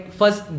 first